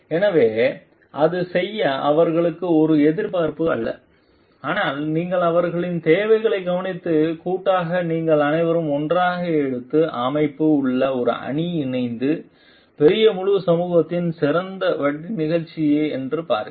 எனவே அது செய்ய அவர்களுக்கு ஒரு எதிர்பார்ப்பு அல்ல ஆனால் நீங்கள் அவர்களின் தேவைகளை கவனித்து கூட்டாக நீங்கள் அனைவரும் ஒன்றாக எடுத்து அமைப்பு உங்கள் அணி இணைந்து பெரிய முழு சமூகத்தின் சிறந்த வட்டி நிகழ்ச்சி என்று பார்க்க